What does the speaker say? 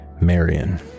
marion